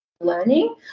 learning